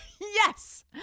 Yes